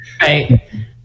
right